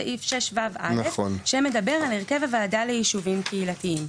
סעיף 6ו(א) שמדבר על הרכב הוועדה ליישובים קהילתיים.